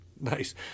Nice